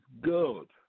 good